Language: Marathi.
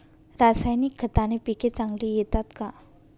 रासायनिक खताने पिके चांगली येतात का?